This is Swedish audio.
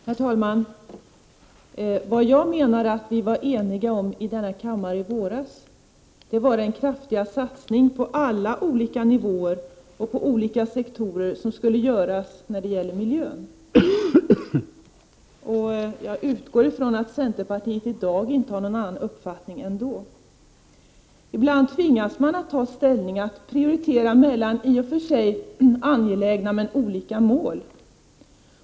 Prot. 1988/89:39 Herr talman! Jag menade att vad vi var eniga om i denna kammare i våras 6 december 1988 var den kraftiga satsning på alla olika nivåer och sektorer som skulle göras då det gäller miljön. Jag utgår från att centerpartiet i dag inte har någon annan uppfattning än den man hade i våras. medel för investeringar Ibland tvingas man att ta ställning, att prioritera när det gäller i och för sig ilänstrafikanläggangelägna men olika mål.